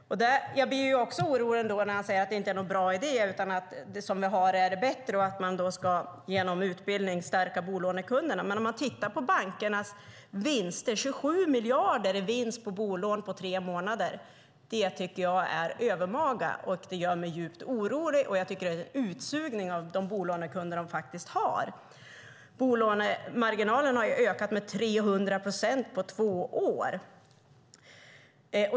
Jag blir också orolig när statsrådet säger att det inte är någon bra idé utan att det som vi har är bättre och att man genom utbildning ska stärka bolånekunderna. Men bankernas vinster, 27 miljarder i vinst på bolån på tre månader, tycker jag är övermaga och det gör mig djupt orolig. Jag tycker att det är utsugning av de bolånekunder de faktiskt har. Bolånemarginalen har ju ökat med 300 procent på två år.